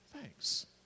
thanks